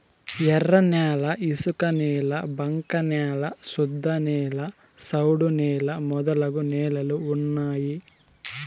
ఎర్రన్యాల ఇసుకనేల బంక న్యాల శుద్ధనేల సౌడు నేల మొదలగు నేలలు ఉన్నాయి